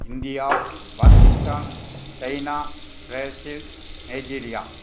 India Pakistan China Nigeria